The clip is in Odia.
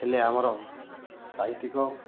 ହେଲେ ଆମର ସାହିତ୍ୟିକ